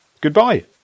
Goodbye